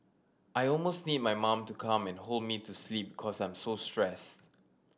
I almost need my mom to come and hold me to sleep cause I'm so stressed